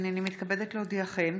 הינני מתכבדת להודיעכם,